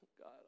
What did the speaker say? God